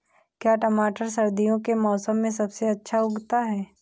क्या टमाटर सर्दियों के मौसम में सबसे अच्छा उगता है?